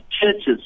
churches